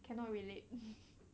cannot relate